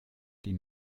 die